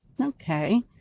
Okay